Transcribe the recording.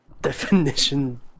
definition